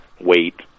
wait